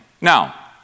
Now